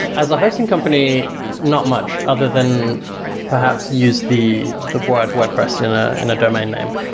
as a hosting company, not much other than perhaps use the the word wordpress in ah in a domain name.